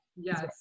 yes